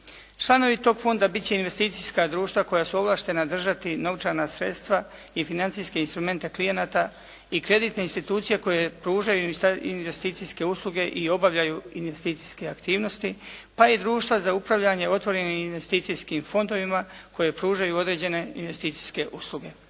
Članovi tog fonda biti će investicijska društva koja su ovlaštena držati novčana sredstva i financijske instrumente klijenata i kreditne institucije koje pružaju investicijske usluge i obavljaju investicijske aktivnosti pa i društva za upravljanje otvorenim investicijskim fondovima koji pružaju određene investicijske usluge.